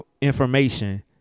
information